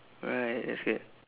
right that's good